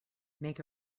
make